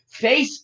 Facebook